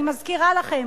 אני מזכירה לכם,